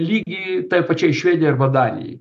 lygi tai pačiai švedijai arba danijai